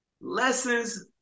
lessons